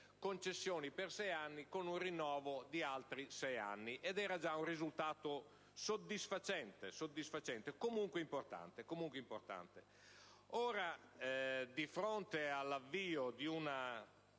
concessioni per sei anni, con un rinnovo di altri sei. Era un risultato soddisfacente, e comunque importante. Ora, di fronte all'avvio di una